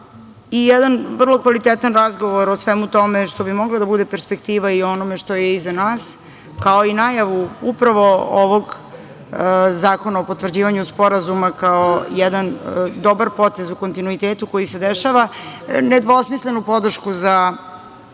i jedan vrlo kvalitetan razgovor o svemu tome što bi mogla da bude perspektiva i u onome što je iza nas, kao i najavu upravo ovog zakona o potvrđivanju sporazuma, kao jedan dobar potez u kontinuitetu koji se dešava, nedvosmislenu podršku za